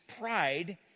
pride